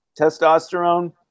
testosterone